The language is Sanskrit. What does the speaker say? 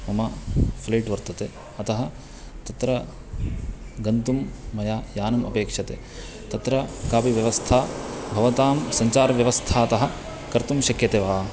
मम फ़्लैट् वर्तते अतः तत्र गन्तुं मया यानम् अपेक्षते तत्र कापि व्यवस्था भवतां सञ्चारव्यवस्थातः कर्तुं शक्यते वा